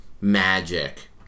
magic